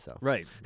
Right